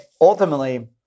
ultimately